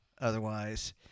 otherwise